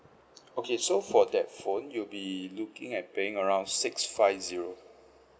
okay so for that phone you'll be looking at paying around six five zero